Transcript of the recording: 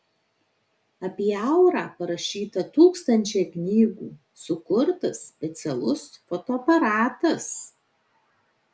apie aurą parašyta tūkstančiai knygų sukurtas specialus fotoaparatas